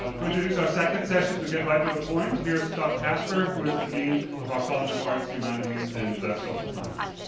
ah to introduce our second session to get right to the point. here's scott casper, who is the dean of our college of arts, humanities, and social sciences.